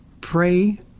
pray